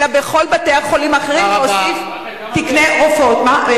אלא בכל בתי-החולים האחרים להוסיף תקני רופאים.